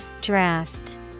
Draft